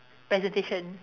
presentation